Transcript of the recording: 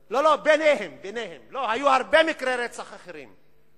לא, היו הרבה מקרי רצח אחרים.